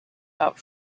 out